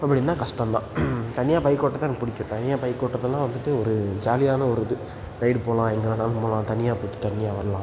அப்படின்னா கஷ்டம் தான் தனியாக பைக் ஓட்ட தான் எனக்கு பிடிக்கும் தனியாக பைக் ஓட்டுறதெல்லாம் வந்துட்டு ஒரு ஜாலியான ஒரு இது ரைடு போகலாம் எங்கே வேணாலும் போகலாம் தனியாக போய்விட்டு தனியாக வரலாம்